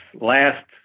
last